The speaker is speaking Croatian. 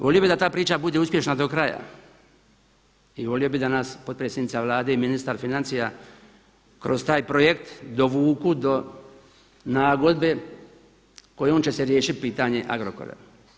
Volio bih da ta priča bude uspješna do kraja i volio bih da nas potpredsjednica Vlade i ministar financija kroz taj projekt dovuku do nagodbe kojom će se riješiti pitanje Agrokora.